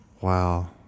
Wow